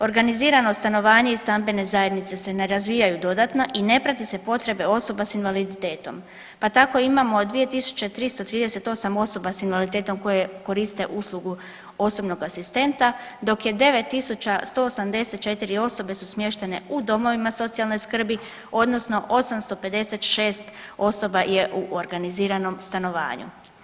Organizirano stanovanje i stambene zajednice se ne razvijaju dodatno i ne prati se potrebe osoba sa invaliditetom, pa tako imamo 2338 osoba sa invaliditetom koje koriste uslugu osobnog asistenta dok je 9.184 osobe su smještene u domovima socijalne skrbi odnosno 856 osoba je u organiziranom stanovanju.